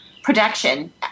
production